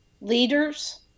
leaders